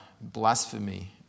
blasphemy